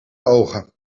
ogen